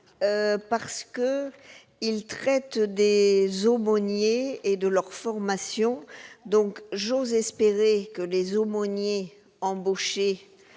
4 qui traite des aumôniers et de leur formation. J'ose espérer que les aumôniers embauchés,